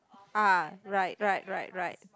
ah right right right right